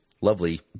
lovely